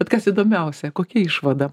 bet kas įdomiausia kokia išvada